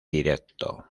directo